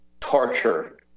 torture